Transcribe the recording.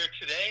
today